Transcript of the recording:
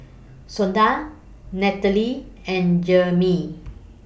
Shonda and Jerimy